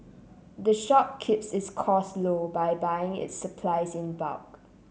the shop keeps its costs low by buying its supplies in bulk